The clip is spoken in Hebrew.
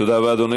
תודה רבה, אדוני.